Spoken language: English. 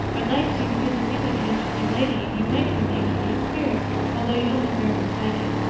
i would like to, because you seem like an interesting lady, and you might even be a kindred spirit although you don't look very much like it.